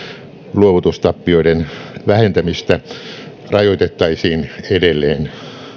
luovutustappioiden vähentämistä rajoitettaisiin edelleen